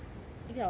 一个小时 liao